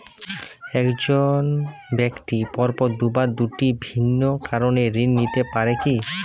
এক জন ব্যক্তি পরপর দুবার দুটি ভিন্ন কারণে ঋণ নিতে পারে কী?